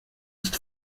ist